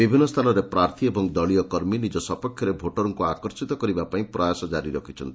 ବିଭିନ୍ ସ୍ସାନରେ ପ୍ରାର୍ଥୀ ଏବଂ ଦଳୀୟ କର୍ମୀ ନିଜ ସପକ୍ଷରେ ଭୋଟରଙ୍ଙୁ ଆକର୍ଷିତ କରିବା ପାଇଁ ପ୍ରୟାସ କାରି ରଖିଛନ୍ତି